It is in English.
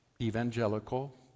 evangelical